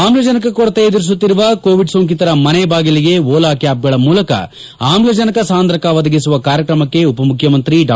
ಅಮ್ಜನಕ ಕೊರತೆ ಎದುರಿಸುತ್ತಿರುವ ಕೋವಿಡ್ ಸೋಂಕಿತರ ಮನೆ ಬಾಗಿಲಿಗೆ ಓಲಾ ಕ್ಯಾಬ್ಗಳ ಮೂಲಕ ಅಮ್ಲಜನಕ ಸಾಂದ್ರಕ ಒದಗಿಸುವ ಕಾರ್ಯಕ್ರಮಕ್ಕೆ ಉಪಮುಖ್ಯಮಂತ್ರಿ ಡಾ